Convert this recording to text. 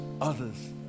others